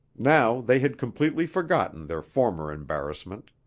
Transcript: now they had completely forgotten their former embarrassment.